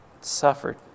suffered